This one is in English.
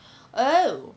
oh